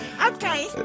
Okay